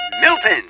Milton